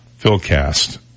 Philcast